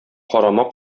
карама